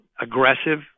aggressive